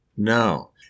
No